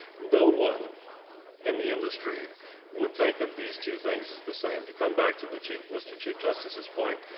no one in the industry would think of these two things as the same. to come back to the chief mr. chief justice's point,